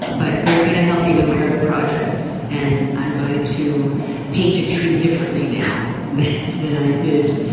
but they're gonna help me with my other projects and i'm going to paint a tree differently now than i did,